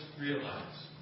realize